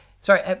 sorry